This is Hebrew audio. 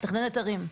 מתכננת ערים.